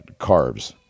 carbs